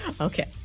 Okay